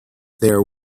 there